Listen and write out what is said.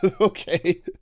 okay